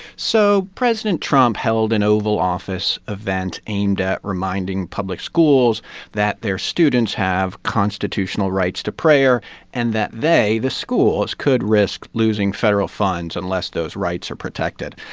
so president trump held an oval office event aimed at reminding public schools that their students have constitutional rights to prayer and that they, the schools, could risk losing federal funds unless those rights are protected.